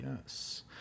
yes